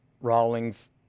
Rawlings